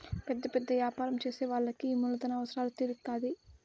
పెద్ద పెద్ద యాపారం చేసే వాళ్ళకి ఈ మూలధన అవసరాలు తీరుత్తాధి